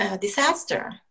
Disaster